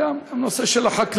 אלא גם הנושא של החקלאות,